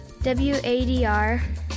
WADR